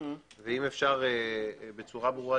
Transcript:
ואם אפשר שיענה בצורה ברורה,